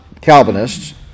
Calvinists